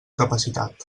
capacitat